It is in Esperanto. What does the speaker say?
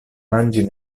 manĝi